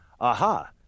aha